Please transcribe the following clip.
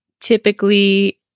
typically